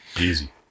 Easy